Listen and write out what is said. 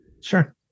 Sure